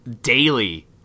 daily